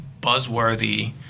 buzzworthy